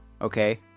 okay